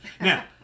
now